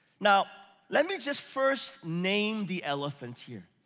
now, let me just first name the elephant here.